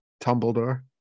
Tumbledore